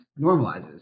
normalizes